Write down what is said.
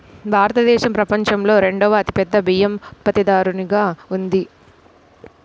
భారతదేశం ప్రపంచంలో రెండవ అతిపెద్ద బియ్యం ఉత్పత్తిదారుగా ఉంది